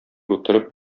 утырып